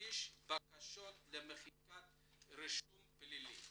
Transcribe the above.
להגיש בקשות למחיקת רישום פלילי.